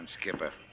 Skipper